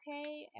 okay